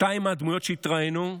שתיים מהדמויות שהתראיינו,